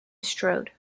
strode